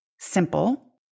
simple